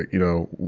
you know,